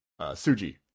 Suji